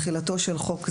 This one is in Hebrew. תחילתו של חוק זה,